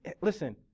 Listen